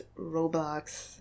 roblox